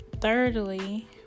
thirdly